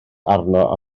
arno